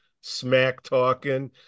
smack-talking